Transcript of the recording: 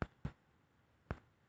धान म है बुढ़िया कोन बिमारी छेकै?